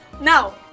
now